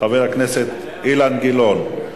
חבר הכנסת אילן גילאון.